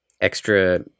extra